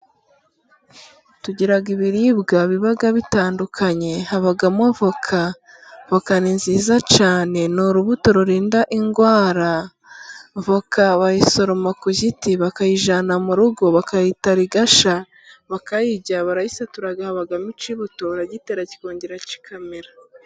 Tugira ibiribwa biba bitandukanye habamo avoka, avoka ni nziza cyane n'urubuto rurinda indwara, voka bayisoroma ku giti, bakayijyana mu rugo bakayitara igasha, bakayirya barayisatura habamo ikibuto uragitera kikongera kikamira.